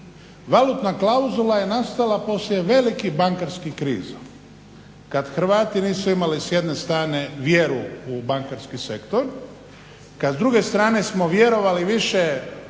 Valutna klauzula je nastala poslije velikih bankarskih kriza kad Hrvati nisu imali s jedne strane vjeru u bankarski sektor, kad s druge strane smo vjerovali